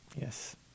Yes